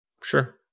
Sure